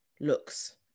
looks